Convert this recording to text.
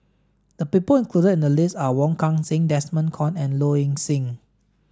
the people included in the list are Wong Kan Seng Desmond Kon and Low Ing Sing